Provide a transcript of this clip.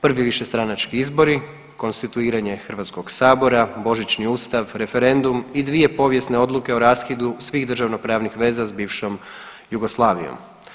Prvi višestranački izbori, konstituiranje Hrvatskog sabora, Božićni Ustav, referendum i dvije povijesne odluke o raskidu svih državno pravnih veza s bivšom Jugoslavijom.